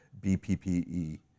BPPE